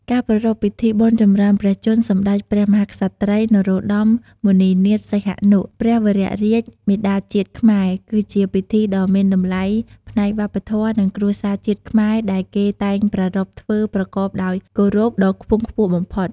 ការប្រារព្ធ ពិធីបុណ្យចម្រើនព្រះជន្ម សម្តេចព្រះមហាក្សត្រី នរោត្តម មុនិនាថ សីហនុ ព្រះវររាជមាតាជាតិខ្មែរគឺជាពិធីដ៏មានតម្លៃផ្នែកវប្បធម៌ និងគ្រួសារជាតិខ្មែរដែលគេតែងប្រារព្ធធ្វើប្រកបដោយគោរពដ៏ខ្ពង់ខ្ពស់បំផុត